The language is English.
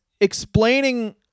explaining